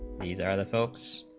these are the folks